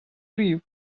live